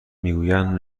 میگویند